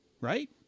right